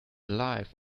life